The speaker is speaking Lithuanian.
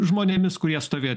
žmonėmis kurie stovėjo